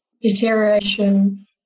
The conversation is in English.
deterioration